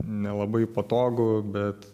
nelabai patogu bet